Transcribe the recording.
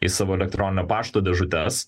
į savo elektroninio pašto dėžutes